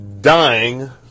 dying